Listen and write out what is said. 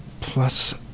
plus